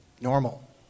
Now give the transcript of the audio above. normal